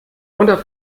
runter